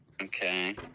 Okay